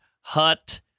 hut